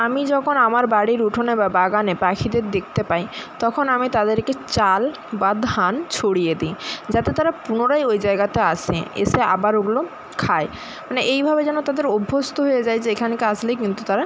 আমি যখন আমার বাড়ির উঠোনে বা বাগানে পাখিদের দেখতে পাই তখন আমি তাদেরকে চাল বা ধান ছড়িয়ে দিই যাতে তারা পুনরায় ওই জায়গাতে আসে এসে আবার ওগুলো খায় মানে এইভাবে যেন তাদের অভ্যস্ত হয়ে যায় যে এখানকে আসলে কিন্তু তারা